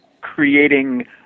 creating